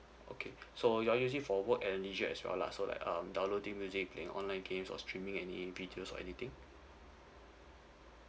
okay so you are using for work and leisure as well lah so like um downloading music playing online games or streaming any videos or anything